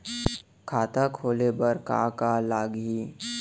खाता खोले बार का का लागही?